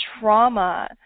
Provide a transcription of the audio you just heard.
trauma